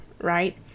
right